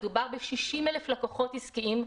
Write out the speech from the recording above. מדובר ב-60,000 לקוחות עסקיים,